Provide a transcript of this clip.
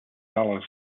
dallas